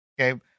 Okay